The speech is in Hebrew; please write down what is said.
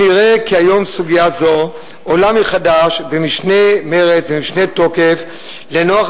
נראה כי היום סוגיה זו עולה מחדש במשנה מרץ ומשנה תוקף לנוכח